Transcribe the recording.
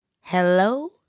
Hello